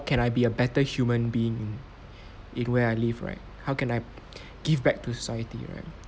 can I be a better human being in where I live right how can I give back to society right